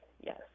Yes